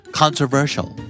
controversial